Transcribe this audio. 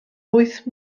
wyth